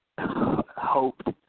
hoped